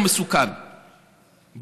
לא פי שלושה,